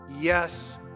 Yes